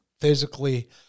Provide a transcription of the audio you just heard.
physically